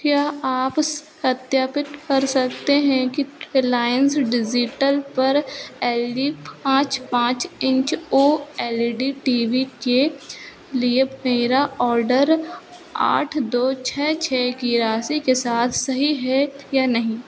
क्या आप उस सत्यापित कर सकते हैं कि रिलायंस डिज़िटल पर एल जी पाँच पाँच inch O L E D T V के लिए मेरा ऑर्डर आठ दो छः छः की राशि के साथ सही है या नहीं